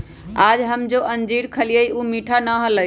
आज हम जो अंजीर खईली ऊ मीठा ना हलय